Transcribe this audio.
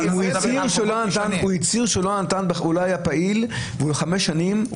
הוא הצהיר שהוא לא היה פעיל חמש שנים.